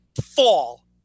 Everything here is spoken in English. fall